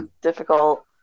difficult